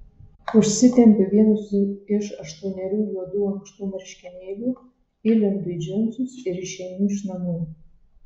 užsitempiu vienus iš aštuonerių juodų ankštų marškinėlių įlendu į džinsus ir išeinu iš namų